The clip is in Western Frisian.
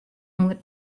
ûnder